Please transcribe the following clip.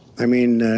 i mean,